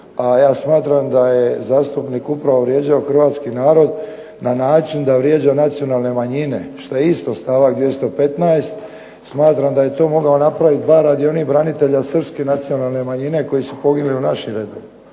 a ja smatram da je zastupnik upravo vrijeđao hrvatski narod na način da vrijeđa nacionalne manjine što je isto stavak 215. Smatram da je to mogao napravit bar radi onih branitelja srpske nacionalne manjine koji su poginuli u našim redovima.